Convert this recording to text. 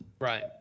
Right